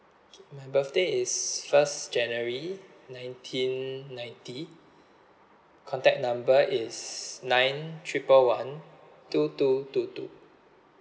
my birthday is first january nineteen ninety contact number is nine triple one two two two two